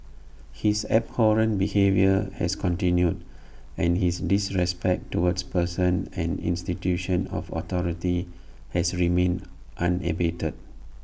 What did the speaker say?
his abhorrent behaviour has continued and his disrespect towards persons and institutions of authority has remained unabated